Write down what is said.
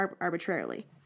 arbitrarily